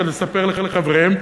לספר לחבריהם,